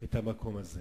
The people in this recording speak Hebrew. את המקום הזה.